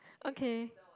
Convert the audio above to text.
okay